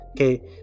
Okay